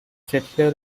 settler